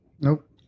nope